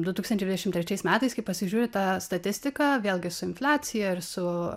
du tūkstančiai dvidešim trečiais metais kai pasižiūri tą statistiką vėlgi su infliacija ir su